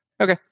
okay